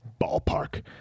ballpark